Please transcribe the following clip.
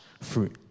fruit